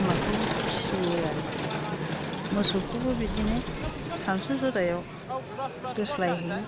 बोरमाखौ फियो आरोखि मोसौखौबो बिदिनो सानसु जरायाव दोस्लायहैयो